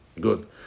Good